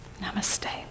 Namaste